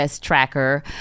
tracker